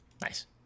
Nice